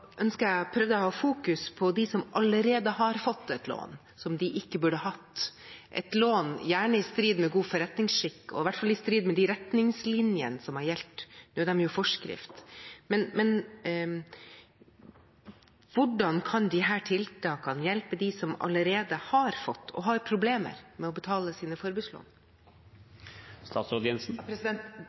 jeg å fokusere på dem som allerede har fått et lån som de ikke burde hatt, et lån gjerne i strid med god forretningsskikk og i hvert fall i strid med de retningslinjene som har gjeldt. Nå er de jo i forskrift. Hvordan kan disse tiltakene hjelpe dem som allerede har fått – og har problemer med å betale – sine forbrukslån?